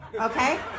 okay